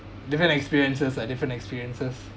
different experiences are different experiences